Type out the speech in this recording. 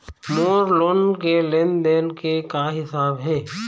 मोर loan के लेन देन के का हिसाब हे?